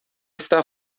está